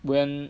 when